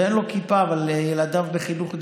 אין לו כיפה אבל ילדיו בחינוך דתי.